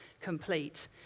complete